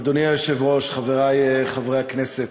אדוני היושב-ראש, חברי חברי הכנסת,